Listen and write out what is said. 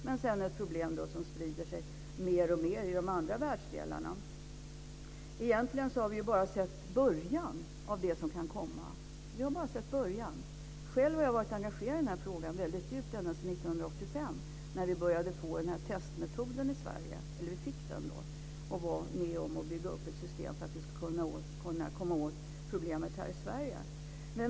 Men det är också ett problem som sprider sig alltmer i de andra världsdelarna. Egentligen har vi bara sett början av det som kan komma. Själv har jag varit engagerad i den här frågan väldigt djupt ända sedan år 1985 när vi fick testmetoden i Sverige och var med om att bygga upp ett system för att kunna komma åt problemet här i Sverige.